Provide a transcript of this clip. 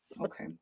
Okay